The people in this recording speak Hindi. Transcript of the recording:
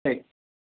ठीक